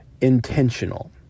intentional